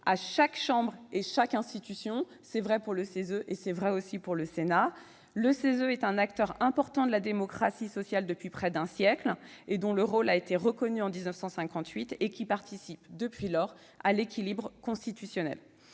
à chaque chambre et chaque institution. C'est vrai pour le CESE comme pour le Sénat. Le CESE est un acteur important de la démocratie sociale depuis près d'un siècle. Son rôle a été reconnu en 1958 et il participe depuis lors à l'équilibre constitutionnel.